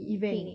event